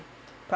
pro~